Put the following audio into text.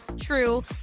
true